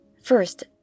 First